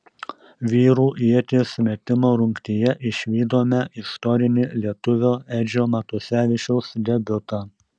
vyrų ieties metimo rungtyje išvydome istorinį lietuvio edžio matusevičiaus debiutą